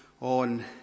on